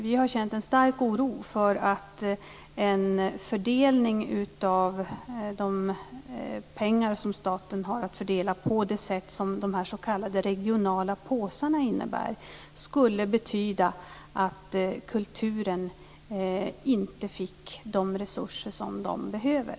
Vi har känt en stark oro för att en fördelning av de pengar som staten har att fördela på det sätt som de s.k. regionala påsarna innebär skulle betyda att kulturen inte får de resurser som den behöver.